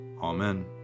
Amen